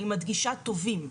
אני מדגישה טובים,